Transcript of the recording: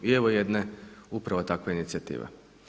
I evo jedne upravo takve inicijative.